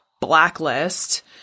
blacklist